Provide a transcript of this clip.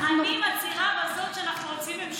אני מצהירה בזאת שאנחנו רוצים ממשלה.